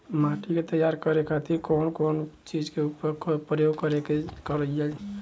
माटी के तैयार करे खातिर कउन कउन चीज के प्रयोग कइल जाला?